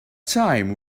time